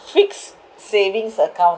fixed savings account